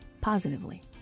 positively